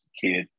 kid